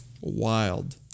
Wild